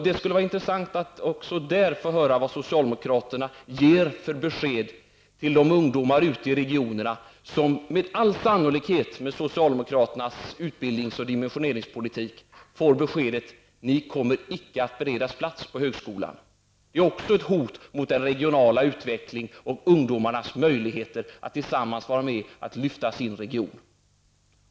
Det skulle vara intressant att även få höra vad socialdemokraterna ger för besked till de ungdomar ute i regionerna som med all sannolikhet med socialdemokraternas utbildnings och dimensioneringspolitik får beskedet att de icke kommer att beredas plats på högskolan. Det är också ett hot mot den regionala utvecklingen och mot ungdomarnas möjligheter att tillsammans vara med och lyfta upp sin region.